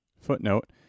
footnote